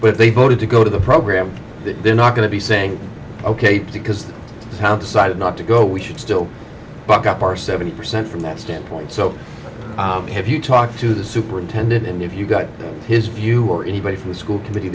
but they voted to go to the program that they're not going to be saying ok pick is the how decided not to go we should still buck up our seventy percent from that standpoint so have you talked to the superintendent and if you got his view or anybody from the school committee